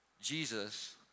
Jesus